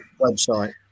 website